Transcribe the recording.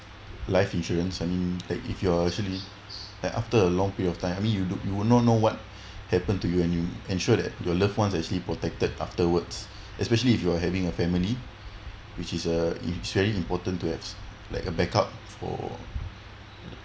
life insurance I mean like if you are actually like after a long period of time I mean you don't you will not know what happen to you and you ensure that your loved ones actually protected afterwards especially if you are having a family which is a very important to have like a backup for